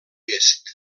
est